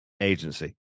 agency